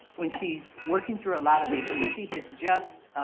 when she's working through a lot of issues. she has just